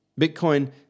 Bitcoin